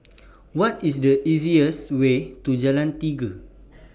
What IS The easiest Way to Jalan Tiga